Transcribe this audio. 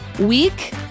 week